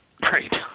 Great